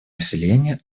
населения